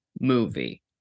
movie